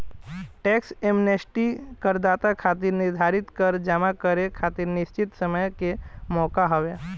tax amnesty करदाता खातिर निर्धारित कर जमा करे खातिर निश्चित समय के मौका हवे